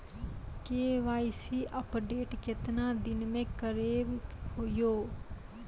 KYC update केतना दिन मे करेबे यो?